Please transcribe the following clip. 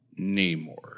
Namor